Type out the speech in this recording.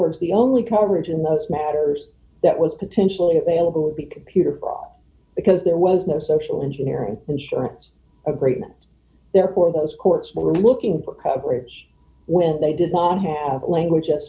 words the only coverage in those matters that was potentially available would be computer fraud because there was no social engineering insurance agreements therefore those courts were looking for coverage when they desire to have language a